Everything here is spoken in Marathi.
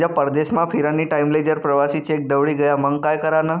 समजा परदेसमा फिरानी टाईमले जर प्रवासी चेक दवडी गया मंग काय करानं?